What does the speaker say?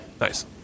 Nice